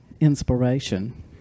inspiration